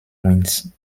wins